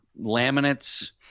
laminates